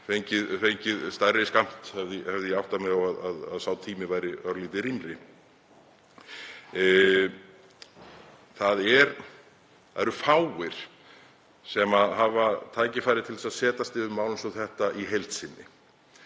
fengið stærri skammt hefði ég áttað mig á að sá tími væri örlítið rýmri. Það eru fáir sem hafa tækifæri til þess að setjast yfir mál eins og þetta í heild sinni.